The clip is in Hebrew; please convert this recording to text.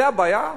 זו הבעיה?